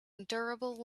endurable